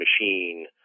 machine